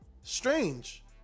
Strange